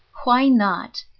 why not?